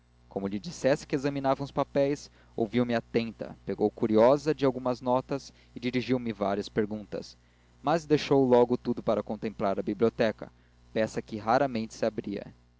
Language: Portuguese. como lhe dissesse que examinava uns papéis ouviu-me atenta pagou curiosa de algumas notas e dirigiu me várias perguntas mas deixou logo tudo para contemplar a biblioteca peça que raramente se abria